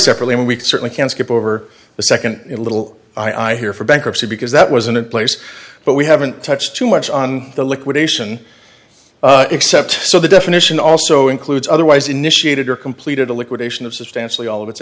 separately and we certainly can skip over the second little eye here for bankruptcy because that was in a place but we haven't touched too much on the liquidation except so the definition also includes otherwise initiated or completed a liquidation of substantially all of its